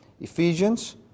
Ephesians